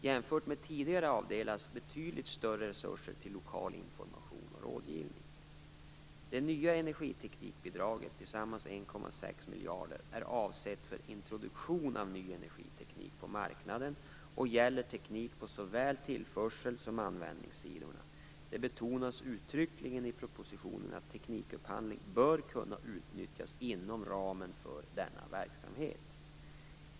Jämfört med tidigare avdelas betydligt större resurser till lokal information och rådgivning. 1 610 miljoner kronor) är avsett för introduktion av ny energiteknik på marknaden och gäller teknik på såväl tillförselsidan som användningssidan. Det betonas uttryckligen i propositionen att teknikupphandling bör kunna utnyttjas inom ramen för denna verksamhet.